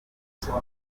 imvura